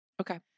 Okay